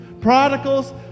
Prodigals